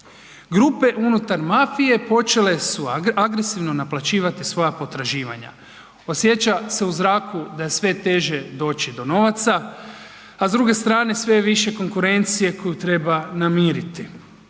Grupe unutar mafije počele su agresivno naplaćivati svoja potraživanja, osjeća se u zraku da je sve teže dođi do novaca, a s druge strane sve je više konkurencije koju treba namiriti,